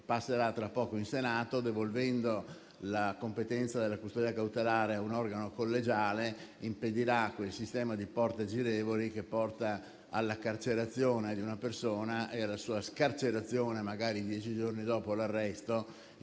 all'esame del Senato, devolvendo la competenza della custodia cautelare a un organo collegiale, impedirà quel sistema di porte girevoli che porta alla carcerazione di una persona e alla sua scarcerazione, magari dieci giorni dopo l'arresto,